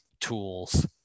tools